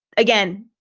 again,